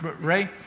Ray